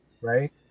Right